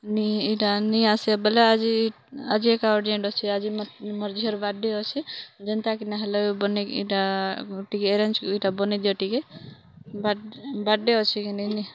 ନି ଏଇଟା ନି ଆସେ ବୋଲେ ଆଜି ଆଜି ଏକା ଅଡ଼ିଏଣ୍ଟ୍ ଅଛି ଆଜି ମୋ ମୋର୍ ଝିଅର ବାଡ଼େ୍ ଅଛି ଯେନ୍ତା କିନା ହେଲେ ଏଇଟା ବନେଇକି ଏଇଟା ଟିକେ ଏରେଞ୍ଜ୍ ଏଇଟା ବନେଇ ଦିଅ ଟିକେ ବାଡ଼୍ ବାଡ଼େ୍ ଅଛି କି ନେଇ ନି